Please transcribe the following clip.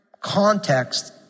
context